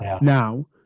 now